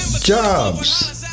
jobs